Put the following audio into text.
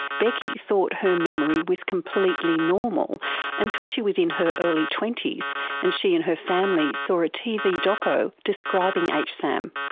becky thought her memory was completely normal until she was in her early twenties and she and her family saw a tv doco describing hsam.